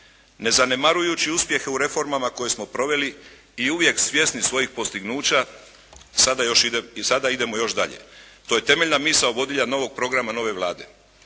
Ne zanemarujući uspjehe u reformama koje smo proveli i uvijek svjesni svojih postignuća i sada idemo još dalje. To je temeljna misao novog programa nove Vlade.